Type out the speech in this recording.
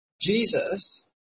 Jesus